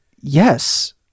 Yes